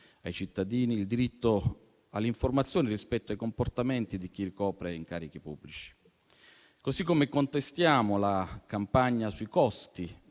ai cittadini il diritto all'informazione rispetto ai comportamenti di chi ricopre incarichi pubblici. Così come contestiamo la campagna sui costi